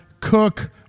cook